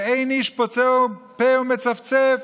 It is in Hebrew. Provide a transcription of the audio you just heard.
ואין איש פוצה פה ומצפצף.